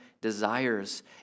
desires